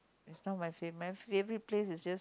is not my fav my favourite place is just